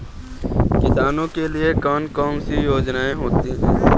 किसानों के लिए कौन कौन सी योजनायें होती हैं?